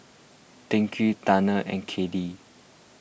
Tyquan Tanner and Kaylee